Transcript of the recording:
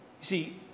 see